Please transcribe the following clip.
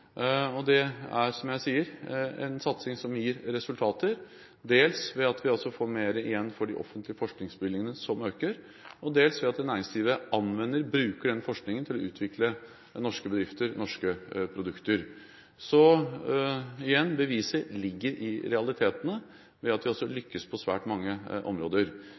Det er, som jeg sier, en satsing som vil gi resultater dels ved at vi får mer igjen for de offentlige forskningsbevilgningene, som øker, og dels ved at næringslivet anvender og bruker denne forskningen til å utvikle norske bedrifter og norske produkter. Igjen: Beviset ligger i realitetene, at vi lykkes på svært mange områder.